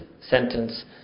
sentence